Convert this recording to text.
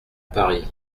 paris